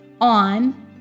on